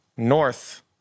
North